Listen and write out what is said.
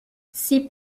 six